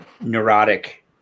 neurotic